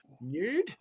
Nude